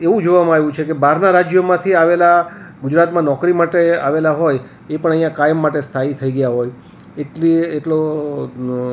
એવું જોવામાં આવ્યું છે કે બહારના રાજ્યોમાંથી આવેલા ગુજરાતમાં નોકરી માટે આવેલા હોય એ પણ અહીંયા કાયમ માટે સ્થાયી થઈ ગયા હોય એટલી એટલો